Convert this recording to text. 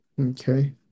okay